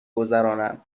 گذرانم